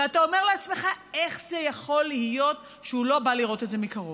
ואתה אומר לעצמך: איך יכול להיות שהוא לא בא לראות את זה מקרוב?